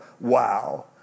wow